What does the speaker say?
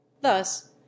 thus